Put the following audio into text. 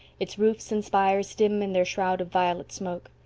its roofs and spires dim in their shroud of violet smoke.